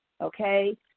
okay